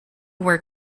were